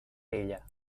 bella